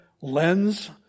lens